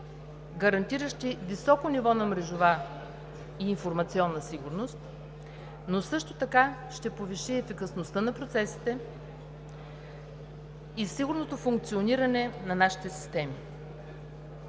гарантиращи високо ниво на мрежова и информационна сигурност, но също така ще повиши ефикасността на процесите и сигурното функциониране на нашите системи.